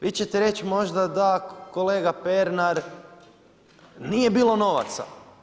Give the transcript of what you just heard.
Vi ćete reći možda: da kolega Pernar, nije bilo novaca.